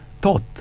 thought